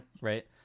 Right